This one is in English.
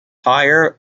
higher